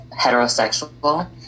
heterosexual